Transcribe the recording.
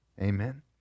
Amen